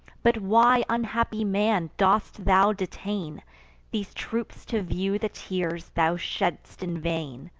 but why, unhappy man, dost thou detain these troops, to view the tears thou shedd'st in vain?